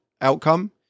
outcome